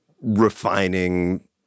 refining